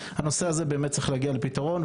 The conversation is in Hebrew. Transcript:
הנושא הזה באמת צריך להגיע לפתרון.